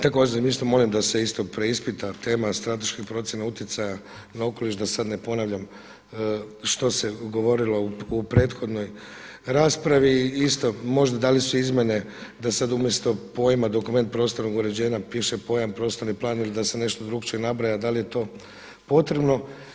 Također isto molim da se isto preispita tema strateška procjena utjecaja na okoliš, da sada ne ponavljam što se govorilo u prethodnoj raspravi i isto možda da li su izmjene da sada umjesto pojma dokument prostornog uređenja, piše pojam prostorni plan ili da se nešto drukčije nabraja, da li je to potrebno.